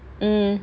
mm